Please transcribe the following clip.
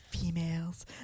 females